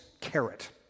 carrot